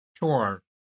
Sure